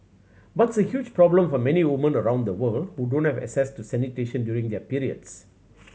but it's a huge problem for many women around the world who don't have access to sanitation during their periods